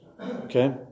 okay